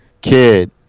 kid